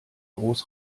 groß